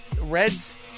Reds